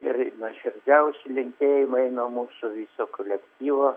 ir nuoširdžiausi linkėjimai nuo mūsų viso kolektyvo